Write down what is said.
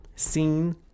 seen